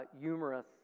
humorous